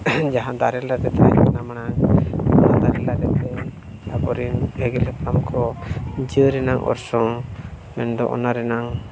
ᱡᱟᱦᱟᱸ ᱫᱟᱨᱮ ᱱᱟᱹᱲᱤ ᱛᱟᱦᱮᱸᱠᱟᱱᱟ ᱢᱟᱲᱟᱝ ᱚᱱᱟ ᱫᱟᱨᱮ ᱟᱵᱚᱨᱮᱱ ᱟᱹᱜᱤᱞ ᱦᱟᱯᱲᱟᱢ ᱠᱚ ᱡᱮ ᱨᱮᱱᱟᱝ ᱚᱨᱥᱚᱝ ᱢᱮᱱᱫᱚ ᱚᱱᱟ ᱨᱮᱱᱟᱜ